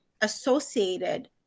associated